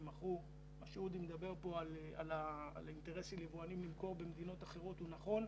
מה שאודי אמר לגבי האינטרסים של היבואנים למכור במדינות אחרות הוא נכון.